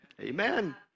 Amen